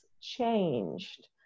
changed